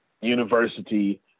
university